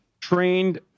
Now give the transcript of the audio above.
trained